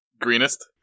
Greenest